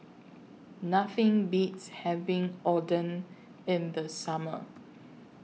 Nothing Beats having Oden in The Summer